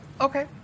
okay